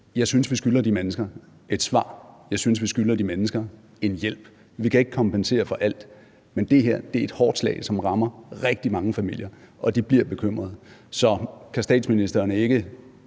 Jeg synes, vi skylder de mennesker et svar. Jeg synes, vi skylder de mennesker en hjælp. Vi kan ikke kompensere for alt, men det her er et hårdt slag, som rammer rigtig mange familier, og de bliver bekymrede. Så kan statsministeren ikke